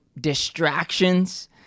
distractions